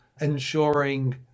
ensuring